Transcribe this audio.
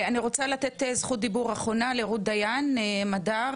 אני רוצה לתת זכות דיבור אחרונה לרות דיין מדר,